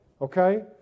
Okay